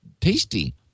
tasty